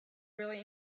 really